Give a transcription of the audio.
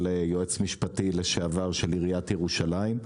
יועץ משפטי לשעבר של עיריית ירושלים.